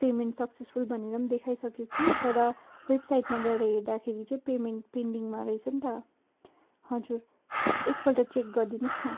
payment successful भनेर पनि देखाइसक्यो कि तर वेबसाइटमा गएर हेर्दाखेरि चाहिँ पेमेन्ट पेन्डिङमा रहेछ नि त हजुर एकपल्ट चेक गरिदिनु होस् न